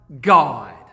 God